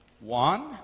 One